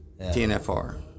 TNFR